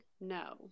No